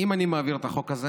אם אני מעביר את החוק הזה